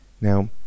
Now